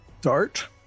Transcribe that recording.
dart